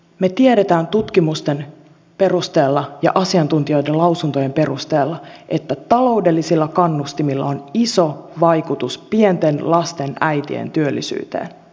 me tiedämme tutkimusten ja asiantuntijoiden lausuntojen perusteella että taloudellisilla kannustimilla on iso vaikutus pienten lasten äitien työllisyyteen